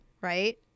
right